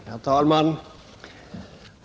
Herr talman!